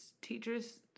teachers